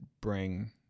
bring